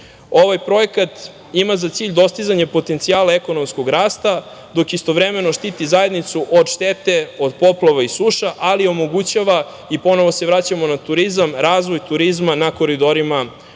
reke. Ovaj projekat ima za cilj dostizanje potencijala ekonomskog rasta, dok istovremeno štiti zajednicu od štete od poplava i suša, ali omogućava, i ponovo se vraćamo na turizam, razvoj turizma na koridorima ove